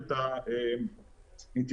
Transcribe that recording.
תקנה 85 יש לך הערות?